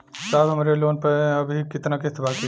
साहब हमरे लोन पर अभी कितना किस्त बाकी ह?